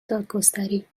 دادگستری